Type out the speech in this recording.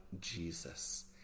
Jesus